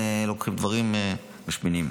ולוקחים דברים משמינים.